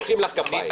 מוחאים לך כפיים,